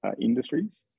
industries